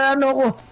and novel